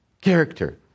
character